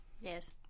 Yes